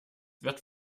wird